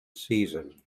season